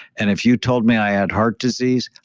and if you told me i had heart disease,